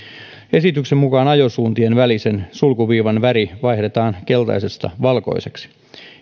esityksen mukaan ajosuuntien välisen sulkuviivan väri vaihdetaan keltaisesta valkoiseksi